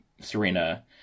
Serena